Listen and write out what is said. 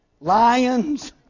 Lions